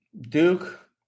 Duke